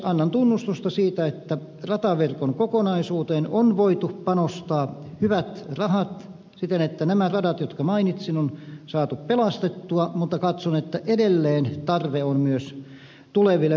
annan tunnustusta siitä että rataverkon kokonaisuuteen on voitu panostaa hyvät rahat siten että nämä radat jotka mainitsin on saatu pelastettua mutta katson että edelleen tarve on myös tuleville vuosille